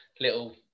little